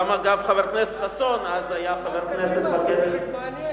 אגב, חבר הכנסת חסון אז היה חבר כנסת, קדימה.